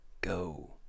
go